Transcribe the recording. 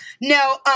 no